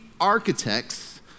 architects